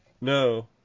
No